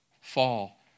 fall